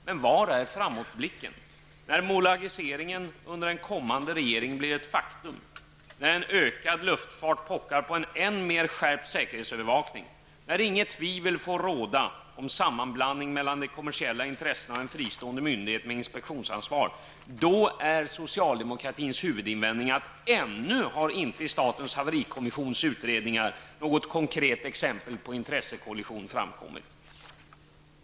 Men var är framåtblicken — när bolagiseringen under en kommande regering blir ett faktum, när en ökad luftfart pockar på en än mer skärpt säkerhetsövervakning, när inget tvivel får råda om sammanblandning mellan de kommersiella intressena och en fristående myndighet med inspektionsansvar? Då är socialdemokratins huvudinvändning att ännu har inte i statens haverikommissions utredningar något konkret exempel på intressekollision framkommit.